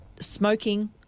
smoking